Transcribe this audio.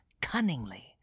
cunningly